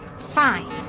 fine